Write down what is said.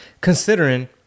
considering